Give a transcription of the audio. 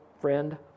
friend